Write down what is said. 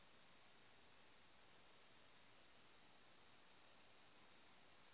Transfer करेला दोसर account की जरुरत होय है की?